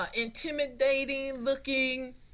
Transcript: intimidating-looking